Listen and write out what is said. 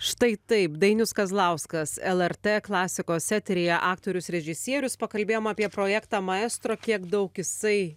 štai taip dainius kazlauskas lrt klasikos eteryje aktorius režisierius pakalbėjom apie projektą maestro kiek daug jisai